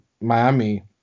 Miami